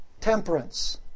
Temperance